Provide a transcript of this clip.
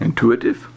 Intuitive